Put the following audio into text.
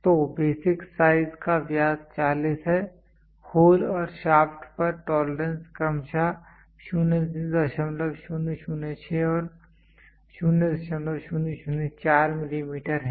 तो basic size का व्यास 40 है होल और शाफ्ट पर टोलरेंस क्रमशः 0006 और 0004 मिलीमीटर है